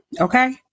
Okay